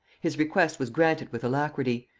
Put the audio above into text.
his request was granted with alacrity,